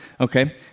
okay